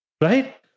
Right